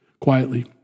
quietly